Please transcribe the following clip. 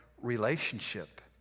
relationship